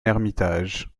ermitage